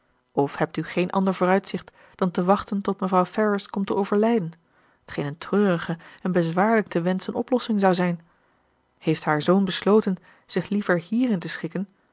of hebt u geen ander vooruitzicht dan te wachten tot mevrouw ferrars komt te overlijden t geen een treurige en bezwaarlijk te wenschen oplossing zou zijn heeft haar zoon besloten zich liever hierin te schikken